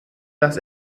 das